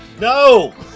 No